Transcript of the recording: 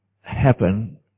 happen